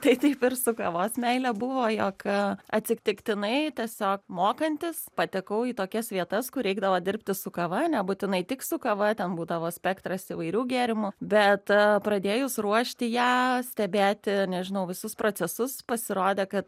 tai taip ir su kavos meile buvo jog atsitiktinai tiesiog mokantis patekau į tokias vietas kur reikdavo dirbti su kava nebūtinai tik su kava ten būdavo spektras įvairių gėrimų bet pradėjus ruošti ją stebėti nežinau visus procesus pasirodė kad